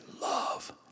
love